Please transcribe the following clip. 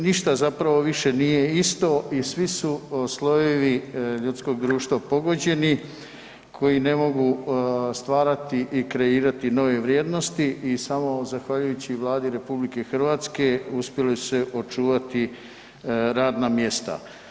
Ništa zapravo više nije isto i svi su slojevi ljudskog društva pogođeni koji ne mogu stvarati i kreirati nove vrijednosti i samo zahvaljujući Vladi RH uspjela su se očuvati radna mjesta.